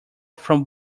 from